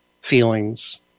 feelings